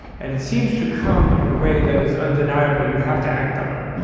and it seems to come in a way that is undeniable. you have to act on it.